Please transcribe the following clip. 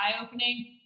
eye-opening